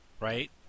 right